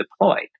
deployed